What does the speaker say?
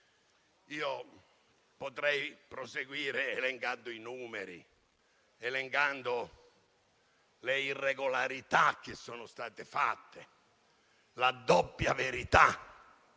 Io potrei proseguire, elencando i numeri e le irregolarità che sono state fatte, la doppia verità